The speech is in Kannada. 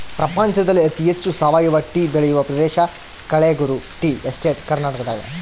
ಪ್ರಪಂಚದಲ್ಲಿ ಅತಿ ಹೆಚ್ಚು ಸಾವಯವ ಟೀ ಬೆಳೆಯುವ ಪ್ರದೇಶ ಕಳೆಗುರು ಟೀ ಎಸ್ಟೇಟ್ ಕರ್ನಾಟಕದಾಗದ